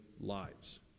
lives